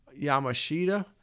Yamashita